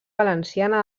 valenciana